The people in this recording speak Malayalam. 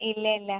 ഇല്ല ഇല്ല